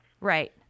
Right